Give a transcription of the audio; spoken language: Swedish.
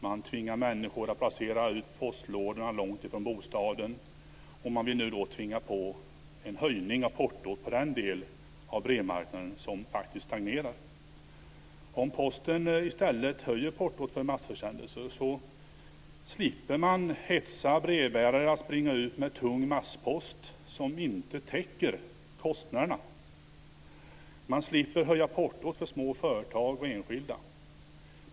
Man tvingar människor att placera ut postlådorna långt från bostaden. Man vill nu tvinga på dem en höjning av portot för den del av brevmarknaden som faktiskt stangerar. Om Posten i stället höjer portot för massförsändelser slipper man hetsa brevbärare att springa ut med tung masspost, som inte täcker kostnaderna. Man slipper höja portot för små företag och enskilda.